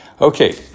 Okay